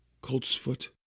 coltsfoot